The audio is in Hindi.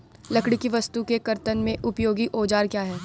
लकड़ी की वस्तु के कर्तन में उपयोगी औजार क्या हैं?